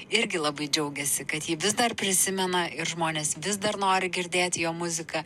irgi labai džiaugiasi kad jį vis dar prisimena ir žmonės vis dar nori girdėti jo muziką